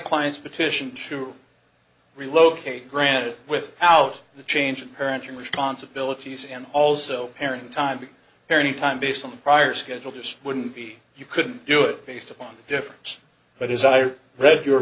clients petition to relocate granted with out the change and parent your responsibilities and also parent time here any time based on prior schedule just wouldn't be you couldn't do it based on the difference but as i read your